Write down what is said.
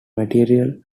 materials